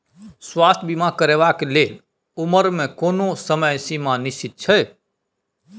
स्वास्थ्य बीमा करेवाक के लेल उमर के कोनो समय सीमा निश्चित छै?